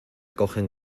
cogen